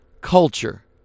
culture